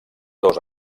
dos